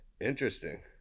interesting